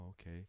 okay